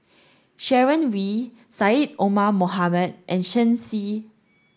Sharon Wee Syed Omar Mohamed and Shen Xi